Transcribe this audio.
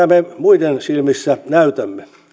me muiden silmissä näytämme